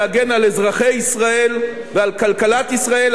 להגן על אזרחי ישראל ועל כלכלת ישראל,